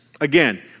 Again